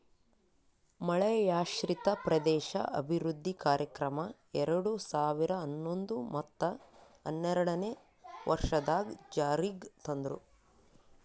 ಮಳೆಯಾಶ್ರಿತ ಪ್ರದೇಶ ಅಭಿವೃದ್ಧಿ ಕಾರ್ಯಕ್ರಮ ಎರಡು ಸಾವಿರ ಹನ್ನೊಂದು ಮತ್ತ ಹನ್ನೆರಡನೇ ವರ್ಷದಾಗ್ ಜಾರಿಗ್ ತಂದ್ರು